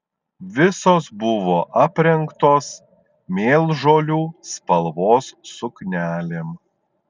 visos buvo aprengtos mėlžolių spalvos suknelėm